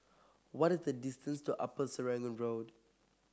what is the distance to Upper Serangoon Road